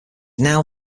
now